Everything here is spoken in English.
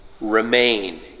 Remain